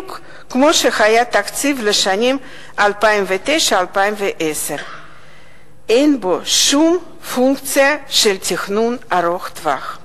בדיוק כמו שהיה התקציב לשנים 2009 2010. אין בו שום פונקציה של תכנון ארוך טווח,